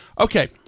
Okay